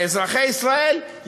לאזרחי ישראל,